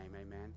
amen